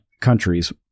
countries